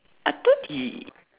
I thought he